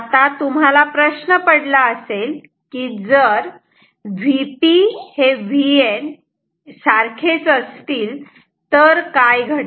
आता तुम्हाला प्रश्न पडला असे ल की जर Vp Vn असे तर काय घडेल